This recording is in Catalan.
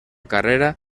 carrera